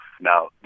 Now